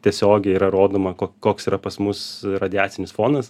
tiesiogiai yra rodoma ko koks yra pas mus radiacinis fonas